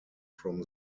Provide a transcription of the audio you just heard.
from